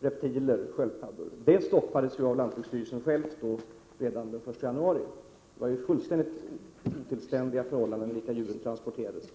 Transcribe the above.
som reptiler och sköldpaddor. Lantbruksstyrelsen stoppade ju denna handel redan den 1 januari. De förhållanden under vilka djuren transporterades var ju fullständigt otillständiga.